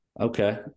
Okay